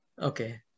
Okay